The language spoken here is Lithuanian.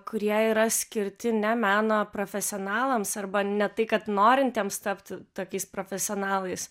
kurie yra skirti ne meno profesionalams arba ne tai kad norintiems tapti tokiais profesionalais